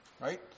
right